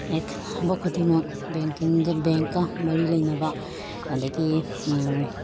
ꯈꯨꯗꯤꯡꯃꯛ ꯕꯦꯡꯀꯤꯡꯒ ꯕꯦꯡꯀ ꯃꯔꯤ ꯂꯩꯅꯕ ꯑꯗꯒꯤ